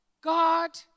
God